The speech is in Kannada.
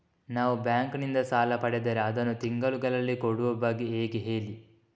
ನಾವು ಬ್ಯಾಂಕ್ ನಿಂದ ಸಾಲ ಪಡೆದರೆ ಅದನ್ನು ತಿಂಗಳುಗಳಲ್ಲಿ ಕೊಡುವ ಬಗ್ಗೆ ಹೇಗೆ ಹೇಳಿ